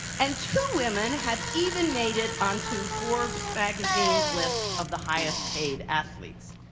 and two women have even made it onto forbes magazine's list of the highest paid athletes.